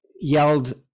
yelled